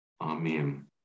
Amen